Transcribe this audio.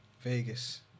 Vegas